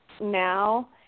now